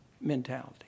mentality